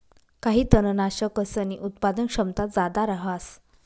काही तननाशकसनी उत्पादन क्षमता जादा रहास